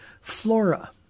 Flora